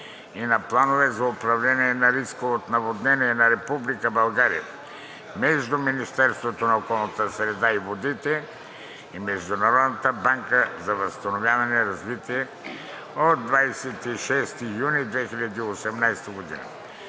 и на планове за управление на риска от наводнения за Република България между Министерството на околната среда и водите и Международната банка за възстановяване и развитие от 26 юни 2018 г.